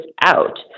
out